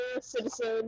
citizen